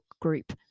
group